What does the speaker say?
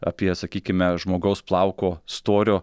apie sakykime žmogaus plauko storio